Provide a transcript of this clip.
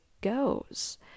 goes